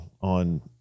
on